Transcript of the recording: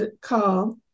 call